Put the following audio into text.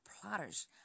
plotters